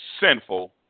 sinful